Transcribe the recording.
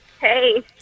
Hey